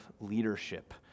leadership